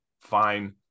fine